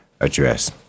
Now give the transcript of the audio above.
address